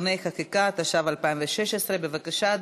בבקשה,